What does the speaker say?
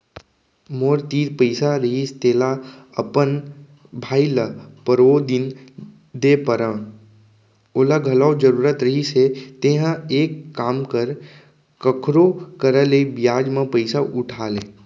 मोर तीर पइसा रहिस तेला अपन भाई ल परोदिन दे परेव ओला घलौ जरूरत रहिस हे तेंहा एक काम कर कखरो करा ले बियाज म पइसा उठा ले